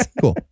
Cool